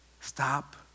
Stop